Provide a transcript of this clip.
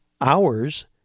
hours